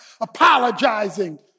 apologizing